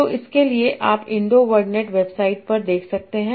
तो उसके लिए आप इंडो वर्डनेट वेबसाइट पर देख सकते हैं